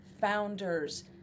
founders